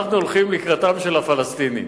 אנחנו הולכים לקראתם של הפלסטינים,